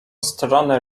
strony